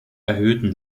erhöhten